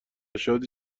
شادی